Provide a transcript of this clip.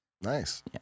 Nice